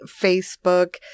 Facebook